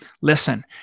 Listen